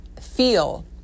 feel